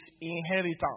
inheritance